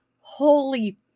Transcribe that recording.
holy